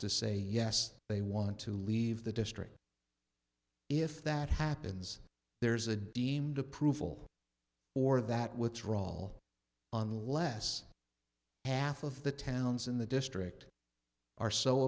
to say yes they want to leave the district if that happens there's a deemed approval or that which raul unless half of the towns in the district are so